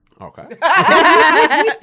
Okay